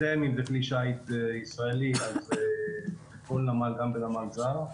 כלי שיט ישראלי, כל נמל, גם בנמל זר.